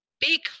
big